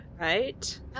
right